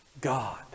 God